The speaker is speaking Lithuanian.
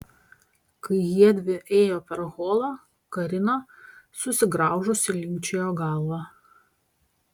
kai jiedvi ėjo per holą karina susigraužusi linkčiojo galvą